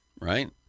right